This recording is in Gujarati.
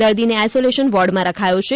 દર્દીને આઇસોલેશન વોર્ડમાં રખાથો છે